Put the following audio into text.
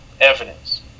evidence